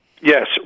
Yes